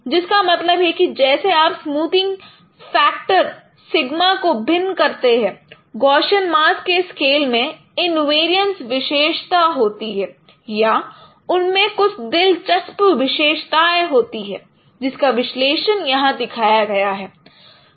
जिसका मतलब है कि जैसे आप स्मूथिंग फैक्टर सिगमा को भिन्न करते हैं गौशियन मास्क के स्केल में इनवेरियंस विशेषता होती है या उनमें कुछ दिलचस्प विशेषताएँ होती है जिसका विश्लेषण यहां दिखाया गया है